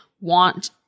want